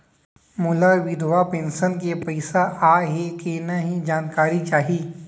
मोला विधवा पेंशन के पइसा आय हे कि नई जानकारी चाही?